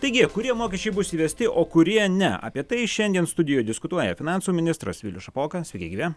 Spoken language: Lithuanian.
taigi kurie mokesčiai bus įvesti o kurie ne apie tai šiandien studijoje diskutuoja finansų ministras vilius šapoka sveiki gyvi